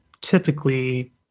typically